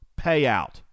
payout